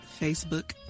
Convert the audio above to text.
Facebook